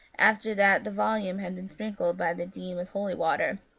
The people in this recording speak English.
after that the volume had been sprinkled by the dean with holy water,